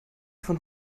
von